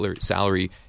salary